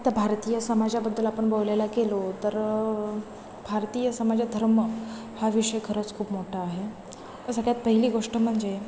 आता भारतीय समाजाबद्दल आपण बोलायला गेलो तर भारतीय समाजात धर्म हा विषय खरंच खूप मोठा आहे सगळ्यात पहिली गोष्ट म्हणजे